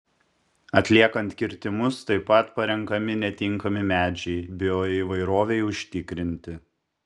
atliekant kirtimus taip pat parenkami netinkami medžiai bioįvairovei užtikrinti